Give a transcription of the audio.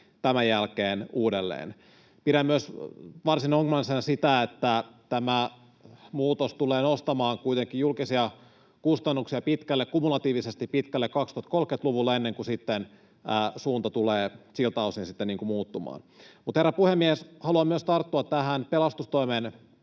tämän jälkeen uudelleen. Pidän varsin ongelmallisena myös sitä, että tämä muutos tulee nostamaan kuitenkin julkisia kustannuksia kumulatiivisesti pitkälle 2030-luvulle, ennen kuin suunta tulee sitten siltä osin muuttumaan. Mutta, herra puhemies, haluan myös tarttua tähän pelastustoimen